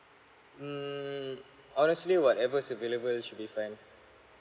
mm honestly whatever's available should be fine